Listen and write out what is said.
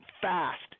fast